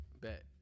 bet